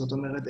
זאת אומרת,